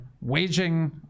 waging